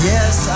Yes